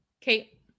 Kate